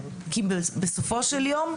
כי בסופו של יום,